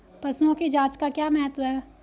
पशुओं की जांच का क्या महत्व है?